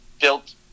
built